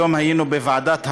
היום היינו בוועדת הרפורמות,